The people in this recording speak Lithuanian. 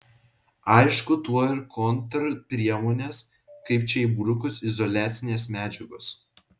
aišku tuoj ir kontrpriemonės kaip čia įbrukus izoliacinės medžiagos